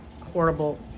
horrible